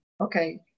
Okay